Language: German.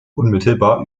unmittelbar